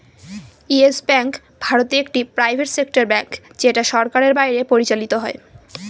yes Bank ভারতে একটি private sector bank যেটা সরকারের বাইরে পরিচালত হয়